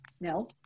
no